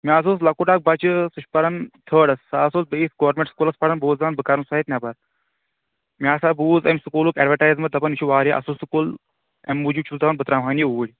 مےٚ حظ اوس لۄکُٹ اَکھ بَچہِ سُہ چھُ پران تھٲڈَس سُہ حظ اوس بیٚیِس گورمِنٹ سکوٗلَس پران بہٕ اوسُس دَپان بہٕ کَڑن سُہ تَتہِ نٮ۪بر مےٚ ہَسا بوٗز أمۍ سکوٗلُک اٮ۪ڈوَٹایزمٮ۪نٛٹ دَپان یہِ چھُ واریاہ اَصٕل سکوٗل اَمہِ موٗجوٗب چھُس دپان بہٕ ترٛاوہَن یہِ اوٗرۍ